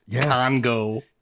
Congo